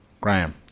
Graham